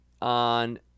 on